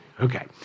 okay